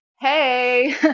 hey